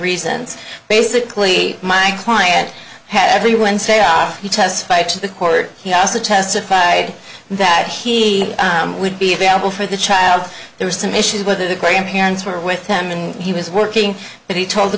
reasons basically my client had every wednesday off he testified to the court he also testified that he would be available for the child there were some issues whether the grandparents were with him when he was working but he told the